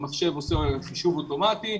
המחשב עושה חישוב אוטומטי,